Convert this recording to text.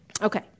Okay